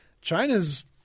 China's